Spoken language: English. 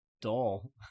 dull